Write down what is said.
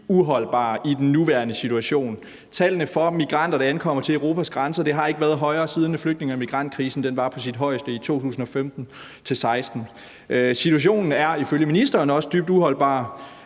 uholdbare i den nuværende situation. Tallene for migranter, der ankommer til Europas grænser, har ikke været højere, siden flygtninge- og migrantkrisen var på sit højeste i 2015-16. Situationen er ifølge ministeren dybt uholdbar.